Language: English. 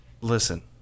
Listen